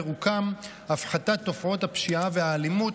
פירוקם, הפחתת תופעות הפשיעה והאלימות,